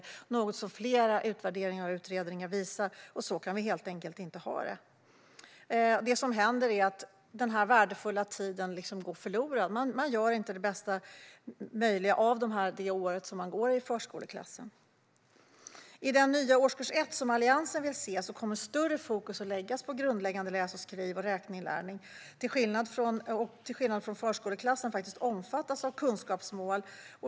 Det är något som flera utvärderingar och utredningar visar. Så kan vi helt enkelt inte ha det. Det som händer är att den värdefulla tiden går förlorad. Man gör inte det bästa möjliga av året i förskoleklassen. I den nya årskurs 1, som Alliansen vill se, kommer det att vara mer fokus på grundläggande läs, skriv och räkneinlärning. Till skillnad från hur det är i förskoleklassen ska den omfattas av kunskapsmål.